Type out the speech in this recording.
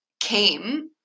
came